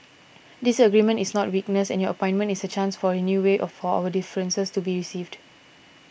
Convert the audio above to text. disagreement is not weakness and your appointment is a chance for a new way of for our differences to be received